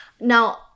Now